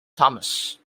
thomas